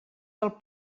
del